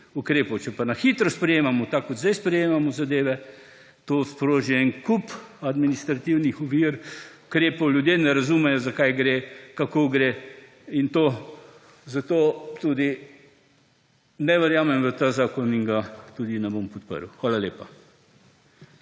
ukrepov. Če pa na hitro sprejemamo, tako kot zdaj sprejemamo zadeve, to sproži en kup administrativnih ovir, ukrepov, ljudje ne razumejo za kaj gre, kako gre in to, zato tudi ne verjamem v ta zakon in ga tudi ne bom podprl Hvala lepa.